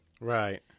Right